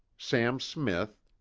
sam smith,